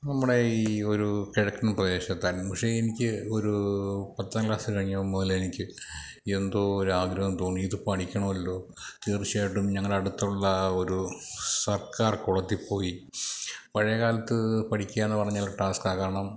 നമ്മുടെ ഈ ഒരു കിഴക്കൻ പ്രദേശത്തായിരുന്നു പക്ഷെ എനിക്ക് ഒരു പത്തം ക്ലാസ് കഴിഞ്ഞപ്പം മുതൽ എനിക്ക് എന്തോ ഒരാഗ്രഹം തോന്നി ഇതു പഠിക്കണമല്ലോ തീർച്ചയായിട്ടും ഞങ്ങളുടെ അടുത്തുള്ള ഒരു സർക്കാർ കുളത്തിൽ പോയി പഴയകാലത്ത് പഠിക്കാമെന്നു പറഞ്ഞാൽ ടാസ്ക്കാണ് കാരണം